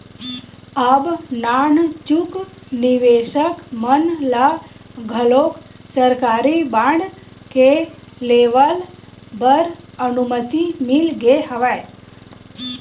अब नानचुक निवेसक मन ल घलोक सरकारी बांड के लेवब बर अनुमति मिल गे हवय